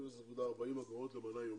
0.40 אגורות למנה יומית.